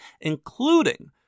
including